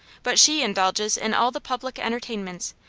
but she indulges in all the public entertainments,